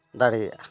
ᱫᱟᱲᱮᱭᱟᱜᱼᱟ